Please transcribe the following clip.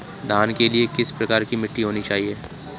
धान के लिए किस प्रकार की मिट्टी होनी चाहिए?